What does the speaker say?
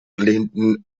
lehnten